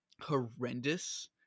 horrendous